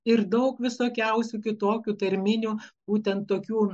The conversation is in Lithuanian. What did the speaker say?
ir daug visokiausių kitokių tarminių būtent tokių